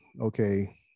okay